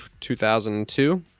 2002